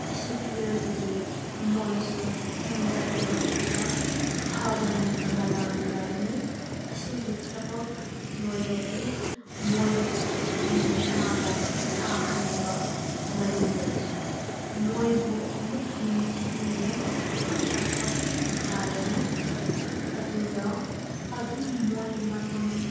ꯑꯁꯤ ꯄꯤꯔꯒꯗꯤ ꯃꯣꯏꯁꯨ ꯍꯤꯡꯒꯠꯂꯛꯇꯨꯅ ꯑꯐꯕ ꯃꯤꯒ ꯃꯥꯟꯅꯃꯤꯟꯅꯔꯕꯤ ꯑꯁꯤꯒꯤ ꯊꯕꯛ ꯂꯣꯏꯔꯗꯤ ꯃꯣꯏꯕꯨ ꯅꯨꯡꯁꯥꯗ ꯁꯥꯍꯟꯕ ꯃꯔꯨ ꯂꯩ ꯃꯣꯏꯕꯨ ꯑꯃꯨꯛ ꯅꯨꯡꯊꯤꯟꯒꯤ ꯑꯆꯥ ꯑꯊꯛ ꯄꯤꯖꯔꯅꯤ ꯑꯗꯨꯒ ꯑꯗꯨꯝ ꯃꯣꯏ ꯃꯇꯝ